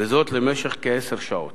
וזאת למשך כעשר שעות.